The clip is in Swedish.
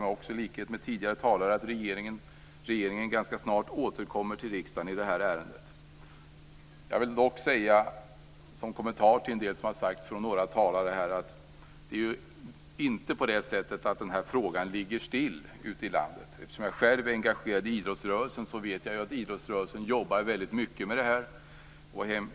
I likhet med tidigare talare förväntar också jag mig att regeringen ganska snart återkommer till riksdagen i detta ärende. Som en kommentar till några av talarna i den här debatten vill jag säga att det inte är så att frågan ligger stilla ute i landet. Jag är själv engagerad i idrottsrörelsen och vet att idrottsrörelsen väldigt mycket jobbar med detta.